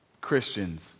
Christians